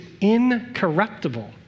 incorruptible